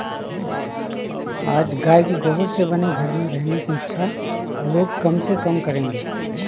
आज गाय के गोबर से बने घर में रहने की इच्छा लोग कम से कम करेंगे